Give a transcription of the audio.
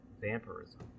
vampirism